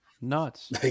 Nuts